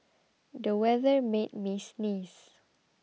the weather made me sneeze